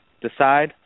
decide